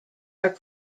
are